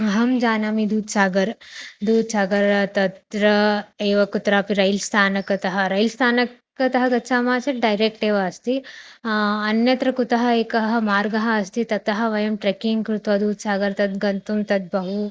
अहं जानामि दूद्सागर् दूद्सागर् तत्र एव कुत्रापि रैल् स्थानकतः रैल् स्थानकतः गच्छामः चेत् डैरेक्ट् एव अस्ति अन्यत्र कुतः एकः मार्गः अस्ति ततः वयं ट्रेकिङ्ग् कृत्वा दूद्सागर् तद्गन्तुं तद् बहु